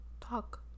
Talk